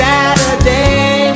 Saturday